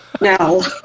No